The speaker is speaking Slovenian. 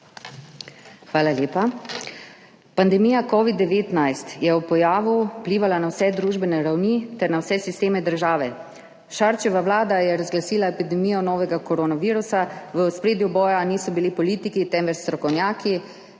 Hvala lepa. Pandemija covida-19 je ob pojavu vplivala na vse družbene ravni ter na vse sisteme države. Šarčeva vlada je razglasila epidemijo novega koronavirusa, v ospredju boja niso bili politiki, temveč strokovnjaki,